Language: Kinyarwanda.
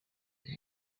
iyi